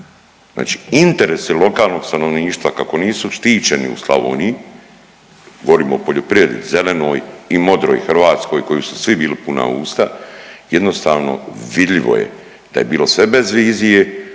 Znači interesi lokalnog stanovništva kako nisu štićeni u Slavoniji, govorimo o poljoprivredi, zelenoj i modroj Hrvatskoj kojoj su svi bili puna usta, jednostavno vidljivo je da je bilo sve bez vizije,